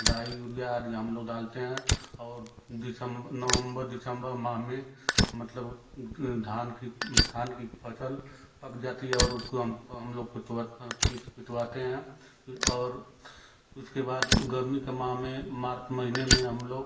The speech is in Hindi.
डाई यूरिया आदि हम लोग डालते हैं और दिसम नवम्बर दिसम्बर माह में मतलब धान की धान की फसल पक जाती है और उतको हम हम लोग पितवा पिच फिचवाते हैं और इसके बाद गर्मी के माह में मार्त महीने में हम लोग